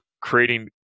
creating